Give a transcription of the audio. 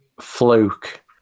fluke